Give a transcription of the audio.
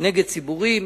נגד ציבורים.